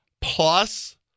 plus